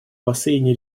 бассейне